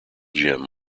jim